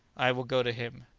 i will go to him.